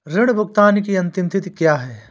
ऋण भुगतान की अंतिम तिथि क्या है?